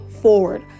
Forward